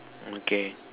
okay